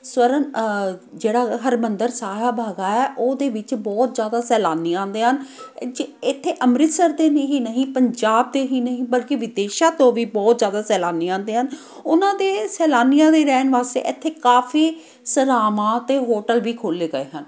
ਸਵਰਨ ਜਿਹੜਾ ਹਰਿਮੰਦਰ ਸਾਹਿਬ ਹੈਗਾ ਹੈ ਉਹਦੇ ਵਿੱਚ ਬਹੁਤ ਜ਼ਿਆਦਾ ਸੈਲਾਨੀ ਆਉਂਦੇ ਹਨ ਜੇ ਇੱਥੇ ਅੰਮ੍ਰਿਤਸਰ ਦੇ ਹੀ ਨਹੀਂ ਪੰਜਾਬ ਦੇ ਹੀ ਨਹੀਂ ਬਲਕਿ ਵਿਦੇਸ਼ਾਂ ਤੋਂ ਵੀ ਬਹੁਤ ਜ਼ਿਆਦਾ ਸੈਲਾਨੀ ਆਉਂਦੇ ਹਨ ਉਹਨਾਂ ਦੇ ਸੈਲਾਨੀਆਂ ਦੇ ਰਹਿਣ ਵਾਸਤੇ ਇੱਥੇ ਕਾਫ਼ੀ ਸਰਾਵਾਂ ਅਤੇ ਹੋਟਲ ਵੀ ਖੋਲੇ ਗਏ ਹਨ